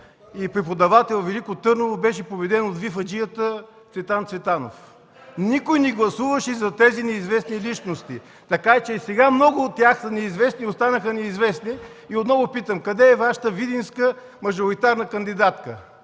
и преподавател, във Велико Търново беше победен от вифаджията Цветан Цветанов. Никой не гласуваше за тези неизвестни личности, така че и сега много от тях – неизвестни, останаха неизвестни. Отново питам: къде е Вашата Видинска мажоритарна кандидатка?